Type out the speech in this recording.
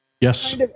Yes